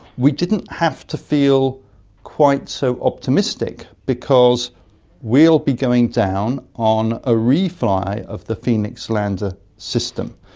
we didn't have to feel quite so optimistic because we'll be going down on a re-fly of the phoenix lander system.